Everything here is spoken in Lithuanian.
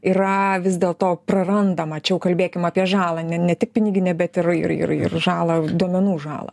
yra vis dėl to prarandama čia jau kalbėkim apie žalą ne ne tik piniginę bet ir ir ir ir žalą duomenų žalą